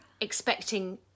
expecting